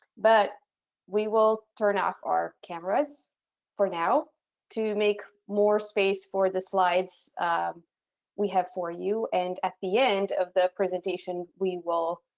but we will turn off our cameras for now to make more space for the slides we have for you and at the end of the presentation we will